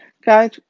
Guys